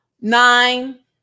Nine